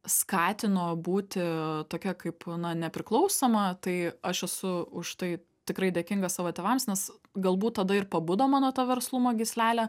skatino būti tokia kaip na nepriklausoma tai aš esu už tai tikrai dėkinga savo tėvams nes galbūt tada ir pabudo mano ta verslumo gyslelė